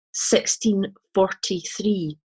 1643